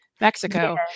Mexico